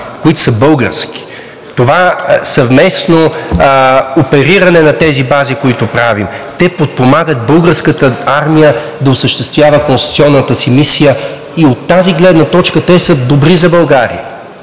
които са български, това съвместно опериране на тези бази, те подпомагат Българската армия да осъществява конституционната си мисия и от тази гледна точка те са добри за България.